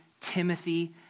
Timothy